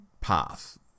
path